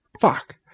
Fuck